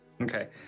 Okay